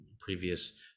previous